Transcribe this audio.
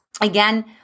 again